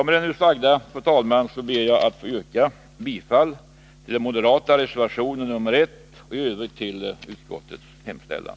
Med det sagda, fru talman, ber jag att få yrka bifall till den moderata reservationen 1 och i övrigt bifall till utskottets hemställan.